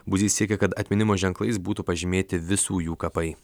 budys siekia kad atminimo ženklais būtų pažymėti visų jų kapai